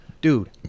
Dude